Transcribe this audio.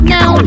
Now